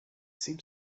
seemed